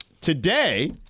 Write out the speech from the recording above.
today